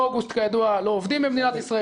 אוגוסט, כידוע, לא עובדים במדינת ישראל.